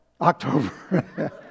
October